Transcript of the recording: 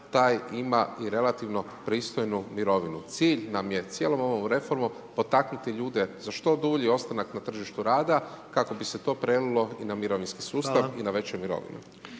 taj ima i relativnu pristojnu mirovinu. Cilj nam je cijelom ovom reformom potaknuti ljude za što dulji ostanak na tržištu rada kako bi se to prelilo i na mirovinski sustav i na veće mirovine.